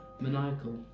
Maniacal